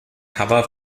cover